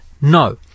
no